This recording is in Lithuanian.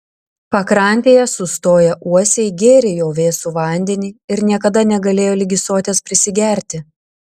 pakrantėje sustoję uosiai gėrė jo vėsų vandenį ir niekada negalėjo ligi soties prisigerti